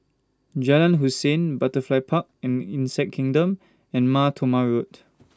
Jalan Hussein Butterfly Park and Insect Kingdom and Mar Thoma Road